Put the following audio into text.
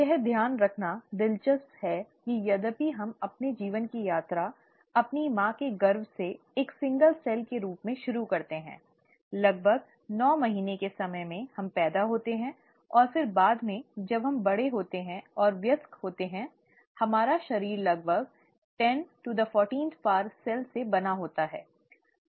यह ध्यान रखना दिलचस्प है कि यद्यपि हम सभी अपने जीवन की यात्रा अपनी माँ के गर्भ में एक एकल कोशिका के रूप में शुरू करते हैं लगभग नौ महीने के समय में हम पैदा होते हैं और फिर बाद में जब हम बड़े होते हैं और वयस्क होते हैं हमारा शरीर लगभग 1014 कोशिकाएँ से बना होता है